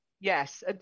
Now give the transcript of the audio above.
yes